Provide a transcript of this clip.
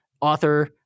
author